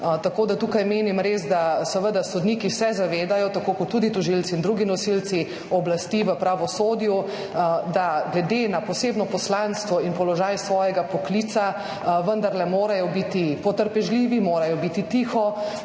Tako da tukaj res menim, da se seveda sodniki zavedajo, tako kot tudi tožilci in drugi nosilci oblasti v pravosodju, da glede na posebno poslanstvo in položaj svojega poklica vendarle morajo biti potrpežljivi, morajo biti tiho,